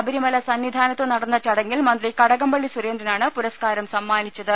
ശബരിമല സന്നിധാനത്ത് നടന്ന ചടങ്ങിൽ മന്ത്രി കടകംപള്ളി സുരേന്ദ്രനാണ് പുരസ്കാരം സമ്മാനിച്ചത്